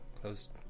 closed